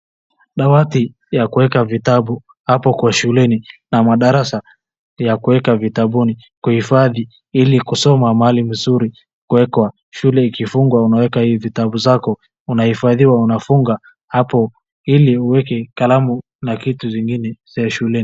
Dawati ya kuweka vitabu hapo kwa shuleni na madarasa ya kuweka vitabuni, kuhifadhi ili kusoma mahali mzuri kuwekwa. Shule ikifungwa unaweka hii vitabu zako, unahifadhiwa unafunga hapo ili uweke kalamu na kitu zingine za shuleni.